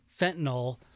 fentanyl